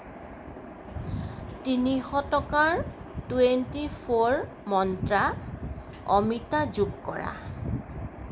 তিনিশ টকাৰ twenty four মণ্ট্ৰা অমিতা যোগ কৰা